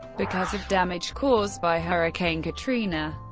because of damage caused by hurricane katrina.